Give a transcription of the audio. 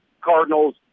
Cardinals